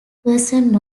person